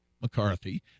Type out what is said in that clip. McCarthy